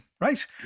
Right